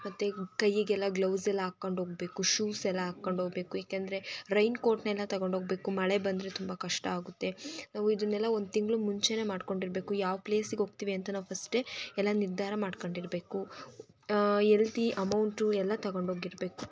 ಮತ್ತೆ ಕೈಗೆಲ್ಲ ಗ್ಲೌಸೆಲ್ಲ ಹಾಕ್ಕೊಂಡ್ ಹೋಗ್ಬೇಕು ಶೂಸೆಲ್ಲ ಹಾಕ್ಕೊಂಡ್ ಹೋಗ್ಬೇಕು ಏಕೆಂದರೆ ರೈನ್ ಕೋಟನ್ನೆಲ್ಲ ತಗೊಂಡು ಹೋಗ್ಬೇಕು ಮಳೆ ಬಂದರೆ ತುಂಬ ಕಷ್ಟ ಆಗುತ್ತೆ ನಾವು ಇದನ್ನೆಲ್ಲ ಒಂದು ತಿಂಗಳ ಮುಂಚೆಯೇ ಮಾಡಿಕೊಂಡಿರ್ಬೇಕು ಯಾವ ಪ್ಲೇಸಿಗೋಗ್ತೀವಿ ಅಂತ ನಾವು ಫಸ್ಟೇ ಎಲ್ಲ ನಿರ್ಧಾರ ಮಾಡ್ಕೊಂಡಿರ್ಬೇಕು ಎಲ್ತೀ ಅಮೌಂಟು ಎಲ್ಲ ತಗೊಂಡು ಹೋಗಿರ್ಬೇಕು